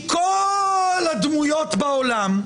מכל הדמויות בעולם,